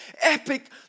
epic